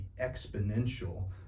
exponential